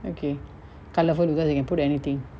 okay colourful because you can put anything this one have two hundred